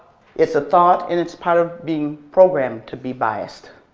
it's a thought, and it's part of being programmed to be biased.